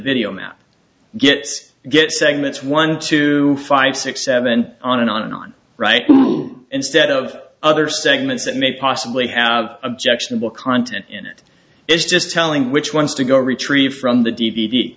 map gets get segments one to five six seven on and on and on right now instead of other segments that may possibly have objectionable content in it is just telling which ones to go retrieve from the d v d